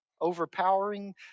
overpowering